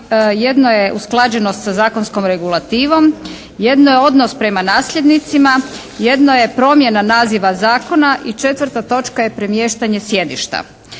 jedno je usklađeno sa zakonskom regulativom, jedno je odnos prema nasljednicima, jedno je promjena naziva zakona i četvrta točka je premještanje sjedišta.